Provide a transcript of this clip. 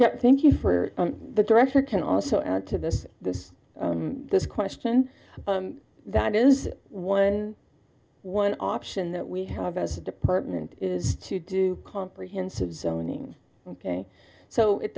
yep thank you for the director ken also add to this this this question that is one one option that we have as a department is to do comprehensive zoning ok so it